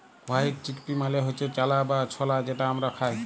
white chickpea মালে হচ্যে চালা বা ছলা যেটা হামরা খাই